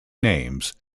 names